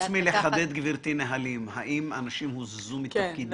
חוץ מלחדד נהלים, גברתי, האם אנשים הוזזו מתפקידם?